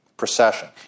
procession